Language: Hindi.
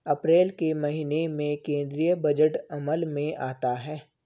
अप्रैल के महीने में केंद्रीय बजट अमल में आता है